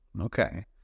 Okay